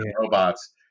robots